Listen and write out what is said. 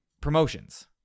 promotions